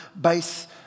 base